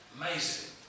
Amazing